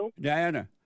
Diana